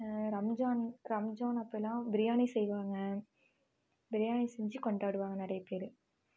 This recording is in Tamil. ரம்ஜான் ரம்ஜான் அப்போ எல்லாம் பிரியாணி செய்வாங்க பிரியாணி செஞ்சு கொண்டாடுவாங்க நிறைய பேர்